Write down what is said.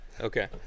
Okay